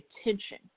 attention